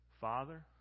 father